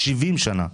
70 שנה,